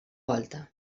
volta